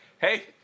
Hey